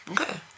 Okay